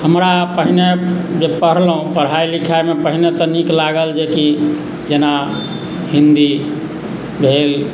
हमरा पहिने जे पढ़लहुँ पढ़ाइ लिखाइमे पहिने तऽ नीक लागल जेकि जेना हिन्दी भेल